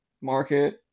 market